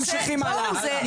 ממשיכים הלאה.